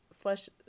flesh